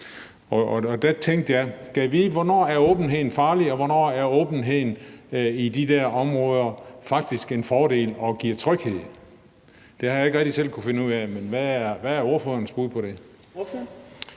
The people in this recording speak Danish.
Og der tænkte jeg: Gad vide, hvornår åbenheden er farlig, og hvornår åbenheden på de der områder faktisk er en fordel og giver tryghed? Det har jeg ikke rigtig selv kunnet finde ud af, men hvad er ordførerens bud på det?